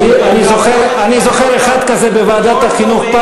אני זוכר אחד כזה בוועדת החינוך,